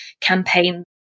campaign